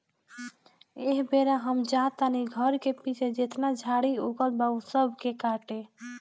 एह बेरा हम जा तानी घर के पीछे जेतना झाड़ी उगल बा ऊ सब के काटे